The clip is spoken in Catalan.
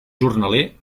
jornaler